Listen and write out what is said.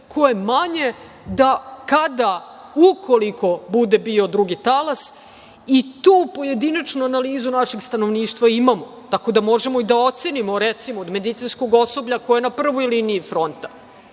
ko je manje, da kada, ukoliko bude bio drugi talas, i tu pojedinačnu analizu našeg stanovništva imamo, tako da možemo i da ocenimo, recimo, od medicinskog osoblja ko je na prvoj liniji fronta,